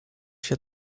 się